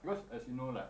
because as you know like